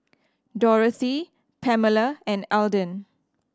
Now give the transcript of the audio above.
Dorathy Pamella and Alden